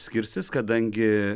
skirsis kadangi